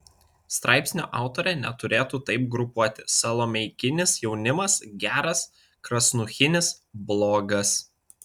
straipsnio autorė neturėtų taip grupuoti salomeikinis jaunimas geras krasnuchinis blogas